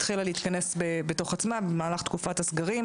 התחילה להתכנס בתוך עצמה במהלך תקופת הסגרים.